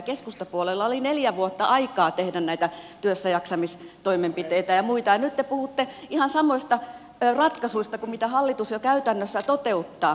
keskustapuolueella oli neljä vuotta aikaa tehdä näitä työssäjaksamistoimenpiteitä ja muita ja nyt te puhutte ihan samoista ratkaisuista kuin mitä hallitus jo käytännössä toteuttaa